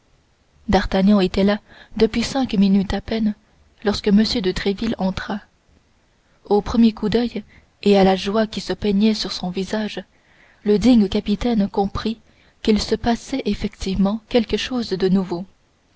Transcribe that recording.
d'artagnan était là depuis cinq minutes à peine lorsque m de tréville entra au premier coup d'oeil et à la joie qui se peignait sur son visage le digne capitaine comprit qu'il se passait effectivement quelque chose de nouveau